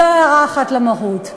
זו הערה אחת למהות.